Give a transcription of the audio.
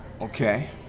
Okay